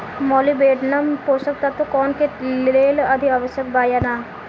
Molybdenum पोषक तत्व पौधा के लेल अतिआवश्यक बा या न?